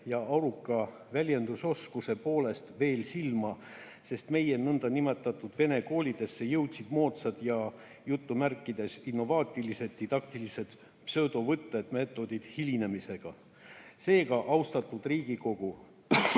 aruka väljendusoskuse poolest veel silma, sest meie nõndanimetatud vene koolidesse jõudsid moodsad ja "innovaatilised" didaktilised pseudovõtted-meetodid hilinemisega. [---] Seega, austatud Riigikogu!